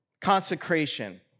consecration